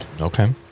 Okay